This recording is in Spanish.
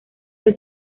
fue